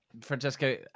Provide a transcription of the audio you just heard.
Francesco